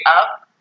up